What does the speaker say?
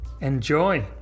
Enjoy